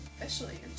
officially